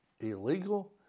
illegal